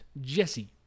jesse